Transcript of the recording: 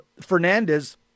Fernandez